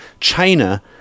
China